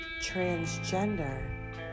transgender